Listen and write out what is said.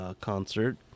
concert